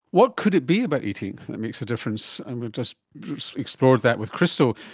what could it be about eating that makes a difference? and we've just explored that with crystal.